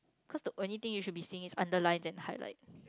cause the only thing you should be seeing is underlines and highlight